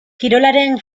kirolaren